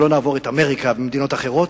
שלא נעבור את אמריקה ומדינות אחרות.